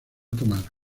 tomar